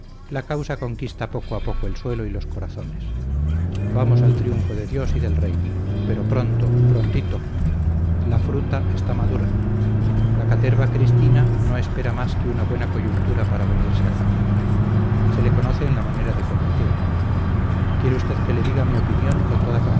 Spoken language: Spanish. la causa conquista poco a poco el suelo y los corazones vamos al triunfo de dios y del rey pero pronto prontito la fruta está madura la caterva cristina no espera más que una buena coyuntura para venirse acá se le conoce en la manera de combatir quiere usted que le diga mi opinión con toda